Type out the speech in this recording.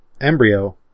embryo